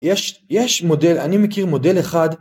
יש יש מודל אני מכיר מודל אחד.